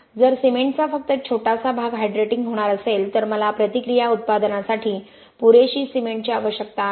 जर सिमेंटचा फक्त एक छोटासा भाग हायड्रेटिंग होणार असेल तर मला प्रतिक्रिया उत्पादनासाठी पुरेशी सिमेंटची आवश्यकता आहे